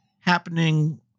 happening